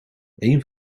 een